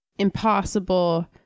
impossible